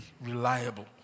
reliable